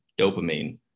dopamine